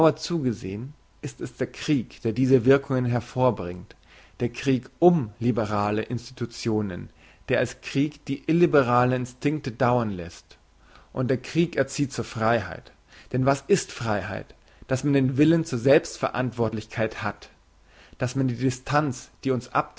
zugesehn ist es der krieg der diese wirkungen hervorbringt der krieg um liberale institutionen der als krieg die illiberalen instinkte dauern lässt und der krieg erzieht zur freiheit denn was ist freiheit dass man den willen zur selbstverantwortlichkeit hat dass man die distanz die uns